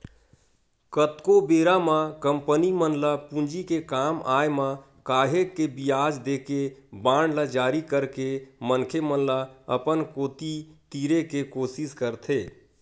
कतको बेरा म कंपनी मन ल पूंजी के काम आय म काहेक के बियाज देके बांड ल जारी करके मनखे मन ल अपन कोती तीरे के कोसिस करथे